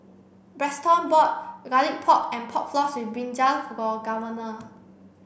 Braxton bought garlic pork and pork floss with Brinjal for Governor